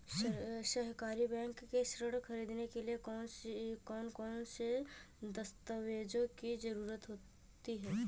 सहकारी बैंक से ऋण ख़रीदने के लिए कौन कौन से दस्तावेजों की ज़रुरत होती है?